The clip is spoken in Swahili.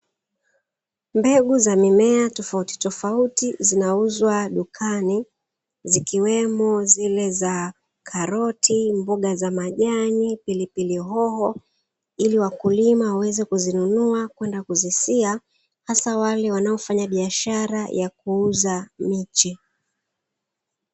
Mbegu za mimea tofauti tofauti zinauzwa dukani zikiwemo zile za karoti, mboga za majani, pilipili hoho ili wakulima waweze kuzinunua kwenda kuzisia hasa wale wanaofanya biashara ya kuuza miche.